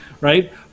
right